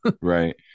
Right